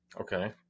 okay